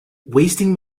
wasting